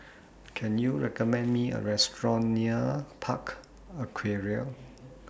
Can YOU recommend Me A Restaurant near Park Aquaria